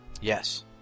Yes